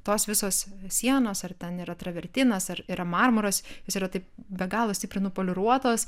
tos visos sienos ar ten yra travertinas ar yra marmuras jos yra taip be galo stipriai nupoliruotos